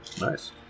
nice